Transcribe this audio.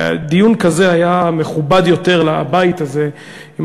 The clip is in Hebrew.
דיון כזה היה מכובד יותר לבית הזה אם